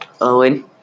Owen